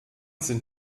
sind